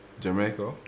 Jamaica